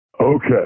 Okay